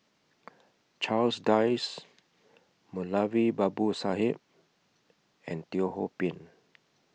Charles Dyce Moulavi Babu Sahib and Teo Ho Pin